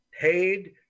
paid